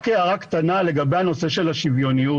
רק הערה קטנה לגבי הנושא של השוויוניות,